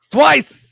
Twice